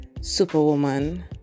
superwoman